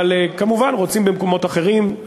אבל כמובן רוצים במקומות אחרים,